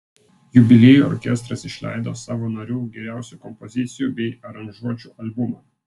jubiliejui orkestras išleido savo narių geriausių kompozicijų bei aranžuočių albumą